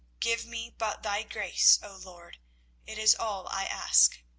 give me but thy grace, o lord it is all i ask.